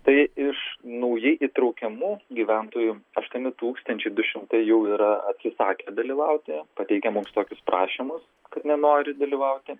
tai iš naujai įtraukiamų gyventojų aštuoni tūkstančiai du šimtai jau yra atsisakę dalyvauti pateikę mums tokius prašymus kad nenori dalyvauti